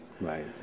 Right